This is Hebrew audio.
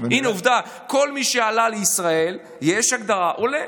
הינה, עובדה, כל מי שעלה לישראל, יש הגדרה לעולה.